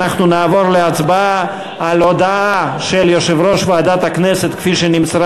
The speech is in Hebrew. אנחנו נעבור להצבעה על ההודעה של יושב-ראש ועדת הכנסת כפי שנמסרה